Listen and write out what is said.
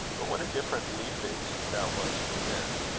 but what a different leafage that was from this!